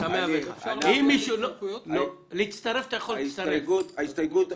אפשר להצטרף להסתייגויות?